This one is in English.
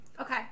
Okay